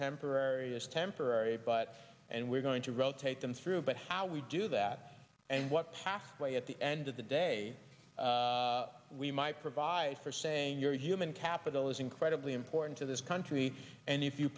temporary as temporary but and we're going to rotate them through but how we do that and what task at the end of the day we might provide for saying you're human capital is incredibly important to this country and if you